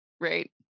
Right